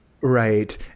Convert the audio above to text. Right